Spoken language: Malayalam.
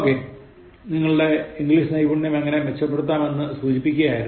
ശരി നിങ്ങളുടെ ഇംഗ്ലീഷ് നൈപുണ്യം എങ്ങനെ മെച്ചപ്പെടുത്താം എന്ന് സൂചിപ്പിക്കുകയായിരുന്നു